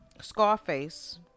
Scarface